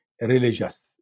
religious